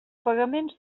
pagaments